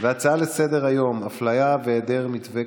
הצעה לסדר-היום: אפליה והיעדר מתווה